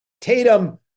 Tatum